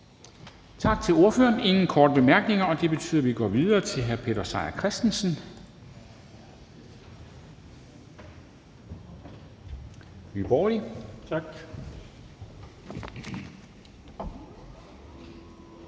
Tak til ordføreren. Der er ingen korte bemærkninger, og det betyder, at vi går videre til hr. Peter Seier Christensen, Nye Borgerlige.